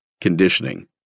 conditioning